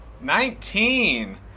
Nineteen